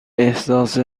احساس